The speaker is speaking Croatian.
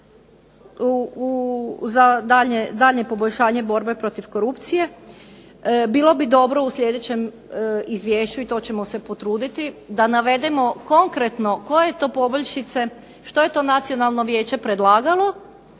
za daljnje poboljšanje borbe protiv korupcije. Bilo bi dobro u sljedećem izvješću i to ćemo se potruditi da navedemo konkretno koje to poboljšice, što je to Nacionalno vijeće predlagalo,